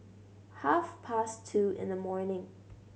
half past two in the morning